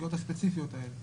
הסוגיות הספציפיות האלה,